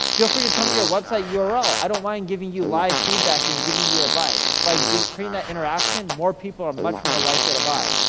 feel free to tell me your website url. i don't mind giving you live feedback, and giving you advice. by creating that interaction, more people are much more likely to buy.